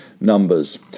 numbers